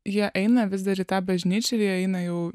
jie eina vis dar į tą bažnyčiąir jie eina jau